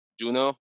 Juno